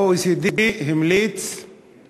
ה-OECD המליץ על